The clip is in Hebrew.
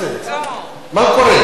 מה קורה?